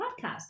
podcast